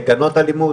לגנות אלימות.